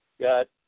got